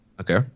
Okay